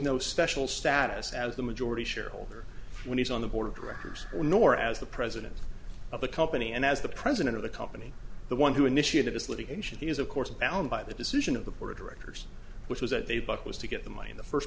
no special status as the majority shareholder when he's on the board of directors or nor as the president of a company and as the president of the company the one who initiated this litigation is of course bound by the decision of the board of directors which was that they book was to get the money in the first